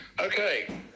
Okay